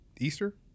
Easter